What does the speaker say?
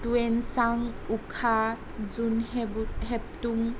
টেৱেনচাং উখা জোনহেহেবটুং